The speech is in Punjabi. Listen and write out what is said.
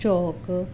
ਚੌਕ